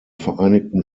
vereinigten